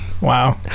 Wow